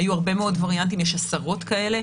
היו הרבה מאוד וריאנטים, יש עשרות כאלה.